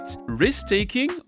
Risk-taking